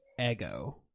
Ego